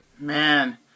Man